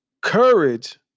courage